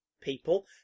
people